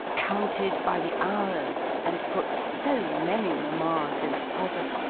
counted by the hours, and put so many mammas in a pother,